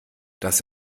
das